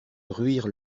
bruire